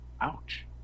Ouch